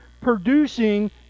producing